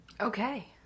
Okay